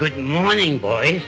good morning boy